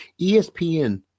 ESPN